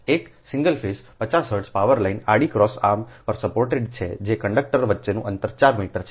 તેથી એક single phase 50 hertz power line આડી ક્રોસ આર્મ પર સપોર્ટેડ છે જે કંડક્ટર વચ્ચેનું અંતર 4 મીટર છે